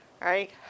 right